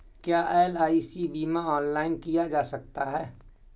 क्या एल.आई.सी बीमा ऑनलाइन किया जा सकता है?